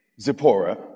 Zipporah